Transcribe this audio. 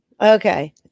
okay